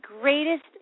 greatest